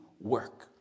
work